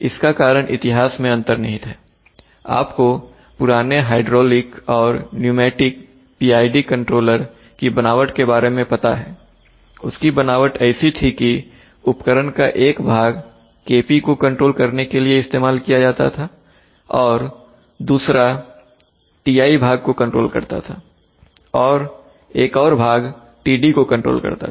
इसका कारण इतिहास में अंतर्निहित है आपको पुराने हाइड्रोलिक और न्यूमेटिक PID कंट्रोलर की बनावट के बारे में पता हैउनकी बनावट ऐसी थी कि उपकरण का एक भाग KP को कंट्रोल करने के लिए इस्तेमाल किया जाता था और दूसरा Ti भाग को कंट्रोल करता था और एक और भाग TD को कंट्रोल करता था